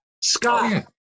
Scott